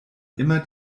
immer